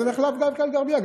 אז זה מחלף באקה-אלע'רביה,